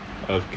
okay